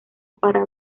para